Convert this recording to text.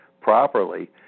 properly